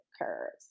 occurs